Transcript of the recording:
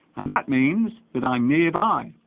and that means that i'm nearby